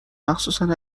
مخصوصن